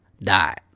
died